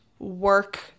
work